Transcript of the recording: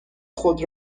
خود